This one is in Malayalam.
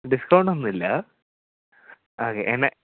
ഡിസ്കൗണ്ടൊന്നുമില്ല അ എന